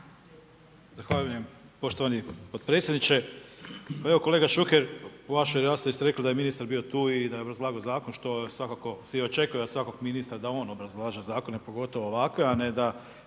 Zahvaljujem poštovani potpredsjedniče. Kolega Šuker, u vašoj raspravi ste rekli da je ministar bio tu i da je obrazlagao zakon, što od svakako svi očekuju od svakog ministra da on obrazlaže zakone pogotovo ovakve, a ne da